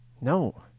No